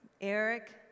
Eric